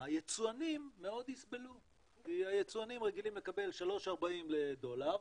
היצואנים מאוד יסבלו כי היצואנים רגילים לקבל 3.40 לדולר,